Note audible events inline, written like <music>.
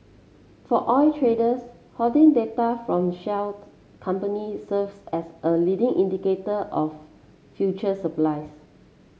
for oil traders hedging data from shale <unintelligible> companies serves as a leading indicator of future supplies